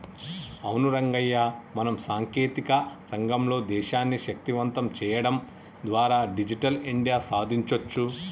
అవును రంగయ్య మనం సాంకేతిక రంగంలో దేశాన్ని శక్తివంతం సేయడం ద్వారా డిజిటల్ ఇండియా సాదించొచ్చు